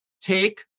take